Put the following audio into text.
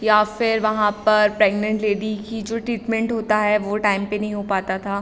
या फिर वहाँ पर प्रेग्नेंट लेडी की जो ट्रीटमेंट होता है वो टाइम पे नहीं हो पाता था